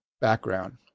background